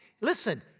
Listen